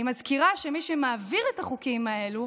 אני מזכירה שמי שמעביר את החוקים האלה,